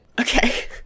Okay